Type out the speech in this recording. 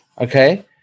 okay